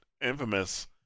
Infamous